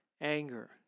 anger